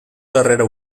darrera